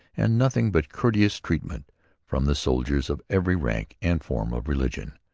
and nothing but courteous treatment from the soldiers of every rank and form of religion.